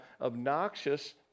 obnoxious